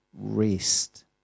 rest